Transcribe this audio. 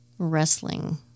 wrestling